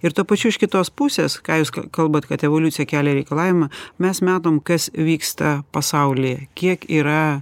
ir tuo pačiu iš kitos pusės ką jūs kalbate kad evoliucija kelia reikalavimą mes matom kas vyksta pasaulyje kiek yra